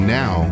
now